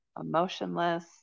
emotionless